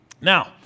Now